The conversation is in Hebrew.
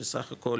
שסך הכול,